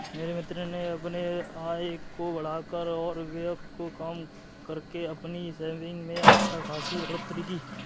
मेरे मित्र ने अपने आय को बढ़ाकर और व्यय को कम करके अपनी सेविंग्स में अच्छा खासी बढ़ोत्तरी की